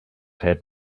have